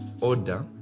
order